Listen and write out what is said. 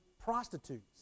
prostitutes